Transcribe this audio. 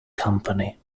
company